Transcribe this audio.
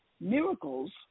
miracles